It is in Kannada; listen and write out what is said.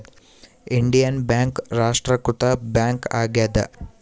ಇಂಡಿಯನ್ ಬ್ಯಾಂಕ್ ರಾಷ್ಟ್ರೀಕೃತ ಬ್ಯಾಂಕ್ ಆಗ್ಯಾದ